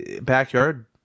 backyard